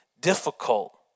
difficult